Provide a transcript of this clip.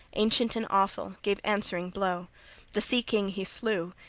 ancient and awful, gave answering blow the sea-king he slew,